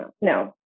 no